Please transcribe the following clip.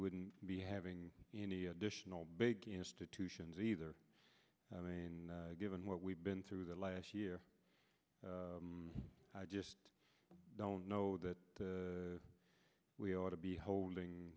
wouldn't be having any additional big institutions either i mean given what we've been through the last year i just don't know that we ought to be holding